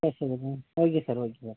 cash delivery தானே okay sir okay sir